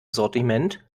sortiment